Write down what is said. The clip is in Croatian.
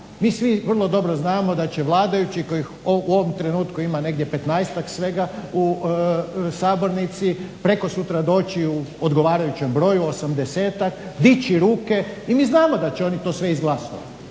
Mi svi vrlo dobro znamo da će vladajući kojih u ovom trenutku ima negdje 15-ak svega u sabornici prekosutra doći u odgovarajućem broju 80-ak, dići ruke i mi znamo da će oni to sve izglasovati